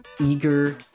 eager